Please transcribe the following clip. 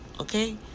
Okay